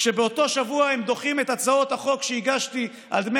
כשבאותו השבוע שהם דוחים את הצעות החוק שהגשתי על דמי